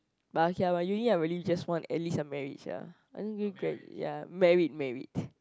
but okay !wah! uni I really just want at least a merit sia undergrad ya merit merit